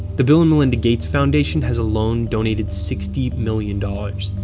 the bill and melinda gates foundation has alone donated sixty million dollars,